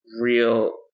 real